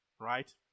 right